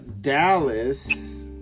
Dallas